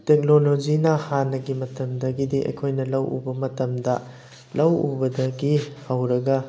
ꯇꯦꯛꯅꯣꯂꯣꯖꯤꯅ ꯍꯥꯟꯅꯒꯤ ꯃꯇꯝꯗꯒꯤꯗꯤ ꯑꯩꯈꯣꯏꯅ ꯂꯧ ꯎꯕ ꯃꯇꯝꯗ ꯂꯧ ꯎꯕꯗꯒꯤ ꯍꯧꯔꯒ